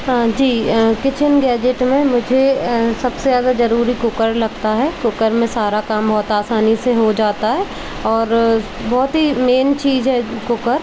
हाँ जी kitchen gadget में मुझे सबसे ज़्यादा ज़रूरी कुकर लगता है कुकर में सारा काम बहुत आसानी से हो जाता है और बहुत ही मेन चीज़ है कुकर